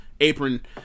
apron